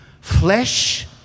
flesh